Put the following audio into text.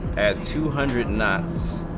two hundred knots,